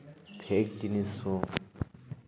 fake ᱡᱤᱱᱤᱥ ᱦᱚᱸ